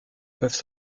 peuvent